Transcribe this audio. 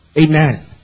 Amen